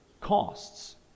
costs